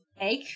egg